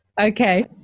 Okay